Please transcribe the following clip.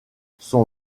son